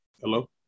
Hello